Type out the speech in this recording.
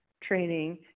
training